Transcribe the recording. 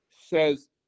says